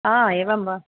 हा एवं वा